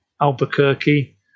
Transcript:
Albuquerque